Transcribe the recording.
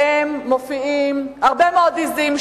שבהם מופיעות הרבה מאוד עזים,